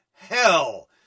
hell